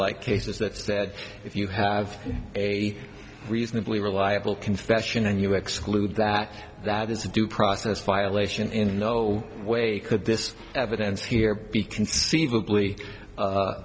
like cases that said if you have a reasonably reliable confession and you exclude that that is a due process violation in no way could this evidence here be conceivably